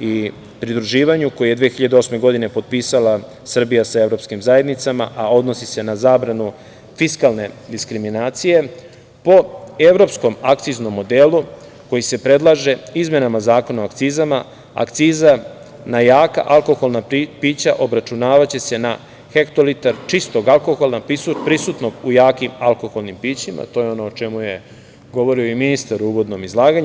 i pridruživanju, koji je 2008. godine, potpisala Srbija sa evropskim zajednicama, a odnosi se na zabranu fiskalne diskriminacije po evropskom akciznom modelu koji se predlaže izmenama Zakona o akcizama, akciza na jaka alkoholna pića obračunavaće se na hektolitar čistog alkohola prisutnog u jakim alkoholnim pićima, a to je ono o čemu je govorio i ministar u uvodnom izlaganju.